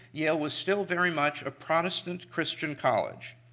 yale was still very much a protestant christian college.